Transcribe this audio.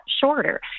shorter